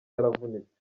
yaravunitse